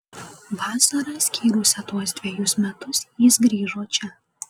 vasarą skyrusią tuos dvejus metus jis grįžo čia